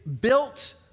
built